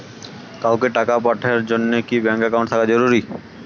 কাউকে টাকা পাঠের জন্যে কি ব্যাংক একাউন্ট থাকা জরুরি?